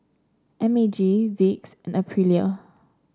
M A G Vicks and Aprilia